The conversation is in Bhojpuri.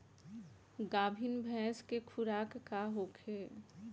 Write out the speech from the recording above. गाभिन भैंस के खुराक का होखे?